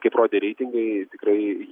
kaip rodė reitingai tikrai